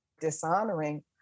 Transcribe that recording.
dishonoring